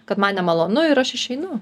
kad man nemalonu ir aš išeinu